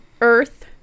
Earth